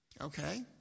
Okay